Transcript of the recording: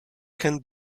can